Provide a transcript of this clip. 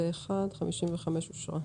הצבעה אושרה.